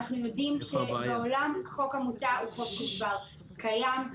אנחנו יודעים שבעולם החוק המוצע כבר קיים.